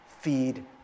feed